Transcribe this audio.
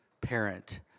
parent